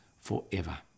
forever